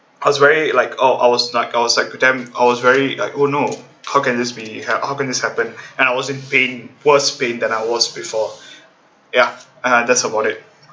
I was very like oh I was I was like damn I was very like oh no how can this be helped how can this happen and I was in pain worse pain than I was before ya uh that's about it